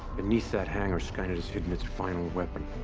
beneath that hanger skynet has hidden its final weapon.